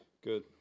Good